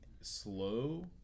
slow